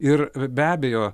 ir be abejo